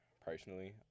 personally